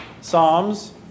Psalms